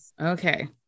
Okay